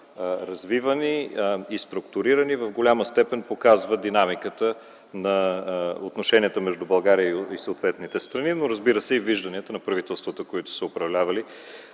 развивани и структурирани в голяма степен показва динамиката на отношенията между България и съответните страни, но, разбира се, и вижданията на правителствата, които са управлявали